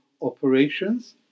operations